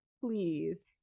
Please